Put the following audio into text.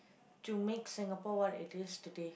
to make Singapore what it is today